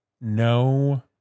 no